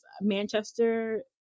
Manchester